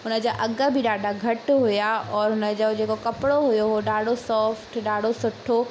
हुन जा अघ बि ॾाढा घटि हुआ और हुन जो जेको कपिड़ो हुओ उहो ॾाढो सॉफ्ट ॾाढो सुठो